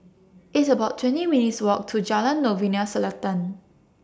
It's about twenty minutes' Walk to Jalan Novena Selatan